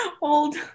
old